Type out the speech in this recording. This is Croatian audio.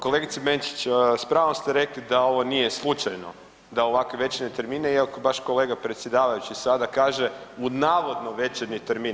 Kolegice Benčić, s pravom ste rekli da ovo nije slučajno, da ovakve večernje termine iako baš kolega predsjedavajući sada kaže u navodno večernji termin.